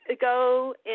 go